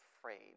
afraid